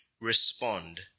respond